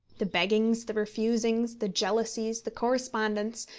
the beggings, the refusings, the jealousies, the correspondence,